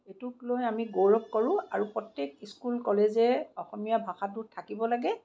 সেইটোক লৈ আমি গৌৰৱ কৰোঁ আৰু প্ৰত্যেক স্কুল কলেজে অসমীয়া ভাষাটো থাকিব লাগে